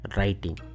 Writing